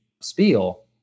spiel